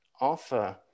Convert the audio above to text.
offer